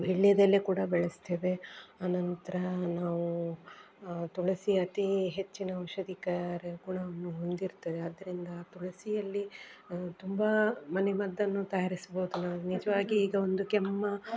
ವೀಳ್ಯದೆಲೆ ಕೂಡ ಬೆಳೆಸ್ತೇವೆ ಅನಂತರ ನಾವು ತುಳಸಿ ಅತಿ ಹೆಚ್ಚಿನ ಔಷಧಿಕರ ಗುಣವನ್ನು ಹೊಂದಿರ್ತದೆ ಆದ್ದರಿಂದ ತುಳಸಿಯಲ್ಲಿ ತುಂಬ ಮನೆಮದ್ದನ್ನು ತಯಾರಿಸ್ಬೋದು ನಾವು ನಿಜವಾಗಿ ಈಗ ಒಂದು ಕೆಮ್ಮು